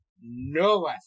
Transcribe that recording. no